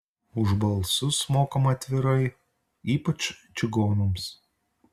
už balsus mokama atvirai ypač čigonams